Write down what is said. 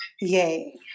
Yay